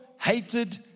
hated